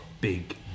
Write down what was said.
big